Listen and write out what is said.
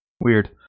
weird